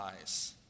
eyes